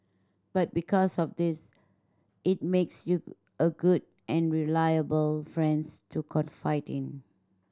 but because of this it makes you a good and reliable friends to confide in